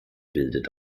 bildet